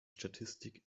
statistik